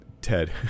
Ted